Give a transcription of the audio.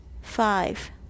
Five